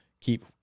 keep